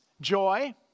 Joy